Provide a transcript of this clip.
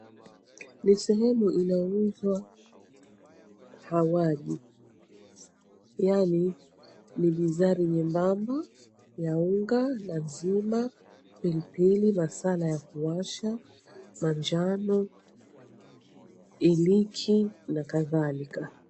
Ni sehemu inayoonyesha hawadhi yaani ni bizari nyembamba ya unga nazima, pilipili, masala ya kuwasha, manjano, iliki na kadhalika.